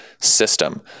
system